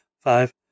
Five